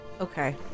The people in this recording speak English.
Okay